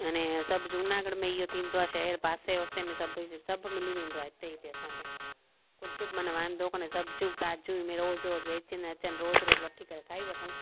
त अने सभु जूनागढ़ में इहो थींदो आहे शहर पासे वासे में सभु सभु मिली वेंदो आहे हिते हिते असांखे कुझु बि मन वांदो कोन्हे सब्जियूं ताज़ियूं में रोज़ु रोज़ु बेचींदा अचनि रोज़ु रोज़ु वठी करे खाई वठूं